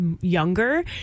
younger